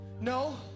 No